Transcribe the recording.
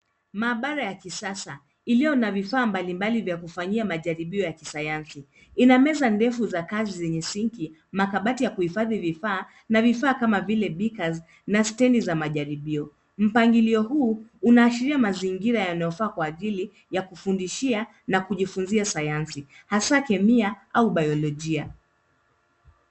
Maabara ya kisasa iliyo na vifaa mbalimbali vya kufanyia majaribio ya kisayansi. Ina meza ndefu za kazi zenye sinki, makabati ya kuhifadhi vifaa na vifaa kama vile beakers na stendi za majaribio. Mpangilio huu unaashiria mazingira yanayofaa kwa ajili ya kufundishia na kujifunzia Sayansi hasaa Kemia na Biolojia.